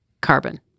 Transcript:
carbon